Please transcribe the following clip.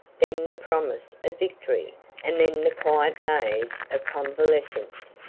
then the promise of victory and then the quiet days of convalescence.